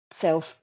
self